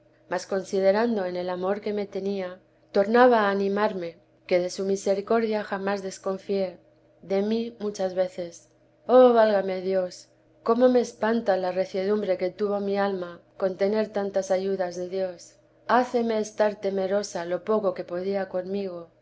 mas considerando en el amor que me tenía tornaba a animarme que de su misericordia jamás desconfié de mí muchas veces oh válame dios cómo me espanta la reciedumbre teresa de que tuvo mi alma con tener tantas ayudas de dios háceme estar temerosa lo poco que podía conmigo